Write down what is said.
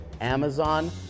Amazon